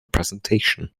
presentation